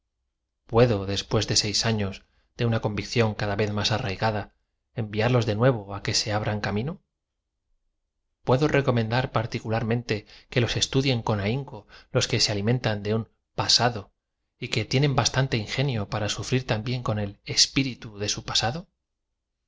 puedo después de seis afios de una convicción cada vez más arraigada enviarlos de nuevo á que se abran camino puedo recomendar particularmente que los estudien con ahinco loa que se alimentan de un pasado y que tienen bastante ingenio p ara sufrir también con el ep iritu de su pasado